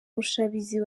mushabizi